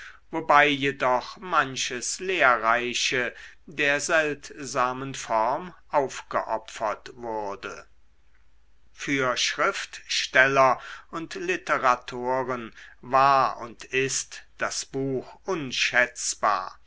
wobei jedoch manches lehrreiche der seltsamen form aufgeopfert wurde für schriftsteller und literatoren war und ist das buch unschätzbar